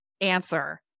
answer